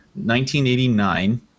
1989